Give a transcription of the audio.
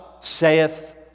saith